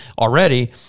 already